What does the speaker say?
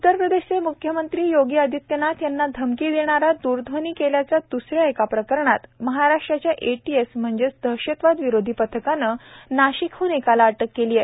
उत्तर प्रदेशचे म्ख्यमंत्री योगी आदित्यनाथ यांना धमकी देणारा द्रध्वनी केल्याच्या द्सऱ्या एका प्रकरणात महाराष्ट्राच्या ए टी एस म्हणजेच दहशतवाद विरोधी पथकानं नाशिकहन एकाला अटक केली आहे